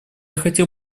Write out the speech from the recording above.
хотел